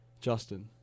Justin